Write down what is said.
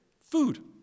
food